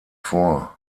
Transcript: vor